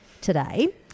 today